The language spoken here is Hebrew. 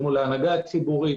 מול ההנהגה הציבורית,